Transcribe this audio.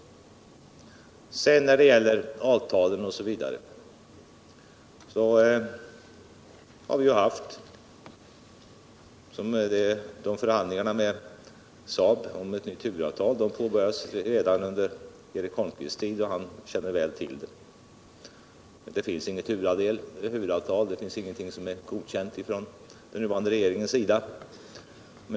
När det gäller frågan om avtal osv. har vi ju haft förhandlingar med Saab om ett nytt huvudavtal. De påbörjades redan under Eric Holmqvvists tid, och han känner väl till detta. Den nuvarande regeringen har inte godkänt något huvudavtal.